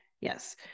Yes